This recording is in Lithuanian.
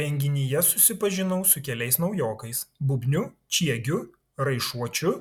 renginyje susipažinau su keliais naujokais bubniu čiegiu raišuočiu